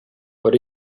what